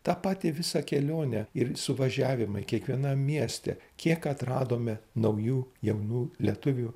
tą patį visą kelionę ir suvažiavimai kiekvienam mieste kiek atradome naujų jaunų lietuvių